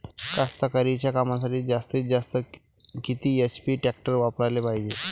कास्तकारीच्या कामासाठी जास्तीत जास्त किती एच.पी टॅक्टर वापराले पायजे?